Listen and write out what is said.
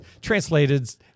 translated